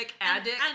addict